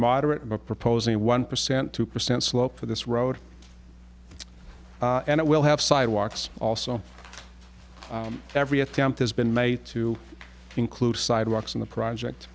moderate about proposing one percent two percent slope for this road and it will have sidewalks also every attempt has been made to include sidewalks in the project